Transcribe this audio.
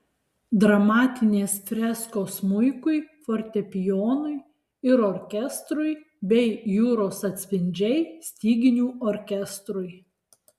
dramatinės freskos smuikui fortepijonui ir orkestrui bei jūros atspindžiai styginių orkestrui